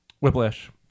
Whiplash